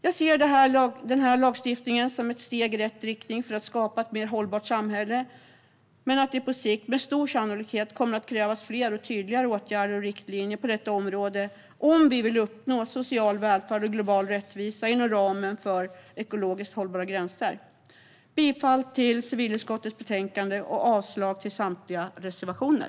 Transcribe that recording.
Jag ser den här lagstiftningen som ett steg i rätt riktning för att skapa ett mer hållbart samhälle, men på sikt kommer det med stor sannolikhet att krävas fler och tydligare åtgärder och riktlinjer på detta område om vi vill uppnå social välfärd och global rättvisa inom ramen för ekologiskt hållbara gränser. Jag yrkar bifall till förslaget i civilutskottets betänkande och avslag på samtliga reservationer.